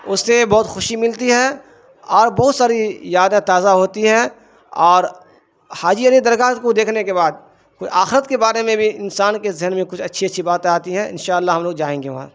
اس سے بہت خوشی ملتی ہے اور بہت ساری یادیں تازہ ہوتی ہے اور حاجی علی درگاہ کو دیکھنے کے بعد کچھ آخرت کے بارے میں بھی انسان کے ذہن میں کچھ اچھی اچھی باتیں آتی ہیں انشاء اللہ ہم لوگ جائیں گے وہاں